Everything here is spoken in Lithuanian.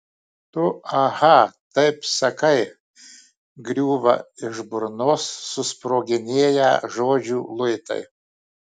tu aha taip sakai griūva iš burnos susproginėję žodžių luitai